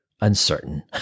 uncertain